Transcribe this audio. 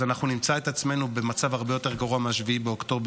אז אנחנו נמצא את עצמנו במצב הרבה יותר גרוע מ-7 באוקטובר,